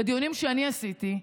בדיונים שאני עשיתי,